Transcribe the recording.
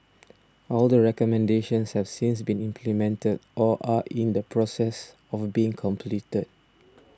all the recommendations have since been implemented or are in the process of being completed